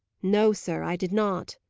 no, sir, i did not,